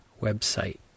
website